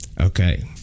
Okay